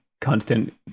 constant